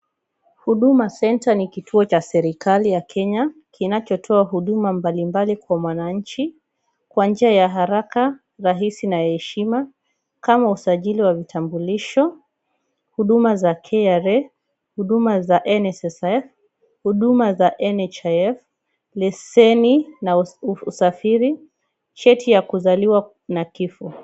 Huduma centre ni kituo cha serikali ya Kenya kinachotoa huduma mbali mbali kwa mwananchi kwa njia ya haraka, rahisi na heshima, kama usajili wa vitambulisho, huduma za kra, huduma za nssf, huduma za nhif, leseni na usafiri, cheti ya kuzaliwa na kifo.